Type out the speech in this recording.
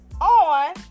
on